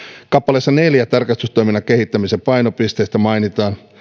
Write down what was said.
luvussa neljän tarkastustoiminnan kehittämisen painopisteistä mainitaan